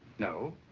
no,